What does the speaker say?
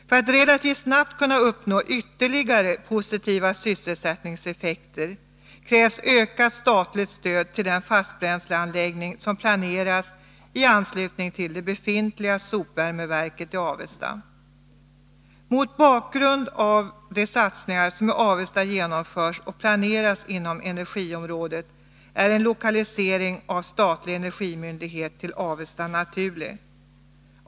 För att relativt snabbt kunna uppnå ytterligare positiva sysselsättningseffekter krävs ökat statligt stöd till den fastbränsleanläggning som planeras i anslutning till det befintliga sopvärmeverket i Avesta. Mot bakgrund av de satsningar som i Avesta genomförts och planeras inom energiområdet är en lokalisering av en statlig energimyndighet till Avesta naturlig.